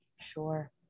Sure